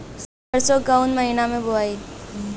सरसो काउना महीना मे बोआई?